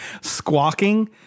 squawking